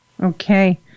Okay